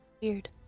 Weird